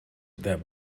that